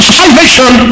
salvation